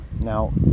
now